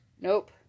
Nope